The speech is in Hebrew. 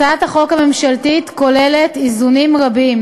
הצעת החוק הממשלתית כוללת איזונים רבים,